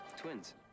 twins